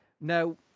Now